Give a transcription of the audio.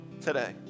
today